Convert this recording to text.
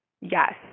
Yes